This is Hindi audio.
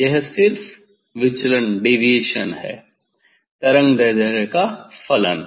यह सिर्फ विचलन है तरंगदैर्ध्य का फलन